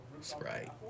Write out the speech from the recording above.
Sprite